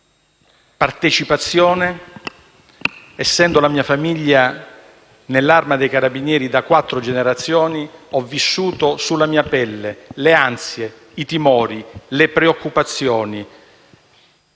partecipazione, essendo la mia famiglia nell'Arma dei carabinieri da quattro generazioni. Ho vissuto sulla mia pelle, le ansie, i timori e le preoccupazioni